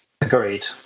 Agreed